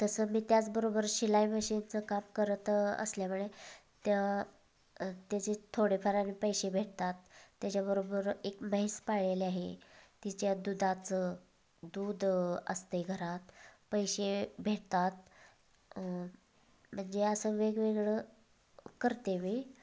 तसं मी त्याचबरोबर शिलाई मशीनचं काम करत असल्यामुळे त्या त्याचे थोडेफार आणि पैसे भेटतात त्याच्याबरोबर एक म्हैस पाळलेली आहे तिच्या दुधाचं दूध असतंय घरात पैसे भेटतात म्हणजे असं वेगवेगळं करते मी